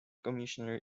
commissioner